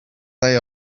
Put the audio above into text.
day